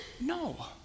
No